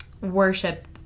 worship